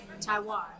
Taiwan